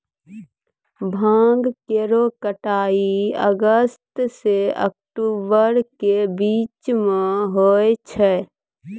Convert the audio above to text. भांग केरो कटाई अगस्त सें अक्टूबर के बीचो म होय छै